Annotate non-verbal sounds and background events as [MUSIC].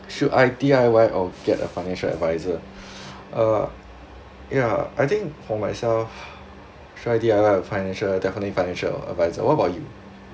should I D_I_Y or get a financial adviser [BREATH] uh ya I think for myself [BREATH] should I D_I_Y or financial definitely financial adviser what about you